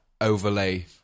overlay